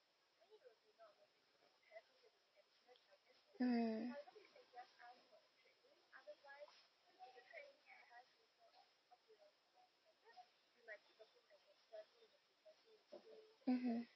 mm mmhmm